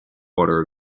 water